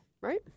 Right